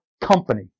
company